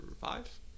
five